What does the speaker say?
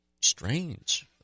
strange